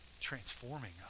transforming